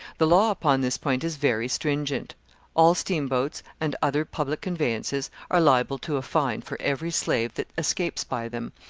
the law upon this point is very stringent all steamboats and other public conveyances are liable to a fine for every slave that escapes by them,